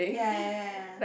ya ya ya ya